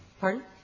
pardon